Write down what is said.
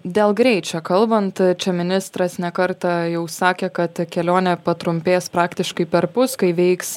dėl greičio kalbant čia ministras ne kartą jau sakė kad kelionė patrumpės praktiškai perpus kai veiks